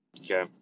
Okay